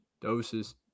Doses